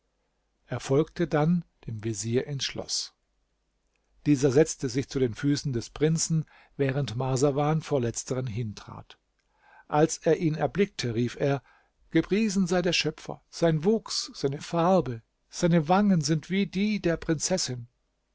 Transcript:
er folgte dann dein vezier ins schloß dieser setzte sich zu den füßen des prinzen während marsawan vor letztern hintrat als er ihn erblickte rief er gepriesen sei der schöpfer sein wuchs seine farbe seine wangen sind wie die der prinzessin